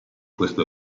questo